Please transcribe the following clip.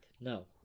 No